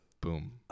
boom